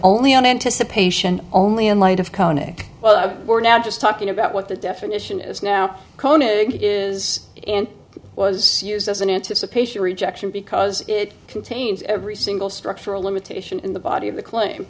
only on anticipation only in light of conic well we're now just talking about what the definition is now kona is and was used as an anticipation rejection because it contains every single structure a limitation in the body of the claim